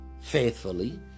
faithfully